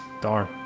Darn